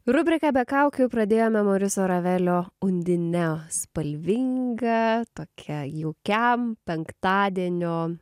rubriką be kaukių jau pradėjome moriso ravelio undine spalvinga tokia jaukiam penktadienio